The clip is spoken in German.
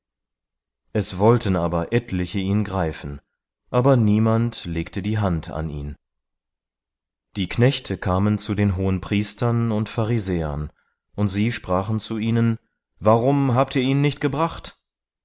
es wollten aber etliche ihn greifen aber niemand legte die hand an ihn die knechte kamen zu den hohenpriestern und pharisäern und sie sprachen zu ihnen warum habt ihr ihn nicht gebracht